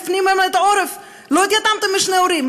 מפנים להם את העורף: לא התייתמתם משני הורים,